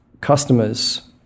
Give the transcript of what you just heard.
customers